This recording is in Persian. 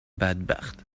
بدبخت